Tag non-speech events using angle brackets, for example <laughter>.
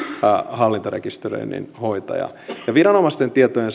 hallintarekisteröinnin hoitaja viranomaisten tietojen <unintelligible>